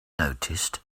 noticed